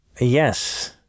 Yes